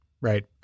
right